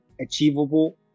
achievable